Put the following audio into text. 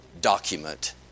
document